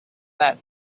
that